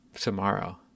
tomorrow